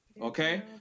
okay